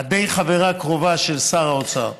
שאת די חברה קרובה של שר האוצר,